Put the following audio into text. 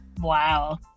Wow